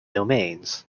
domains